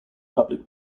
public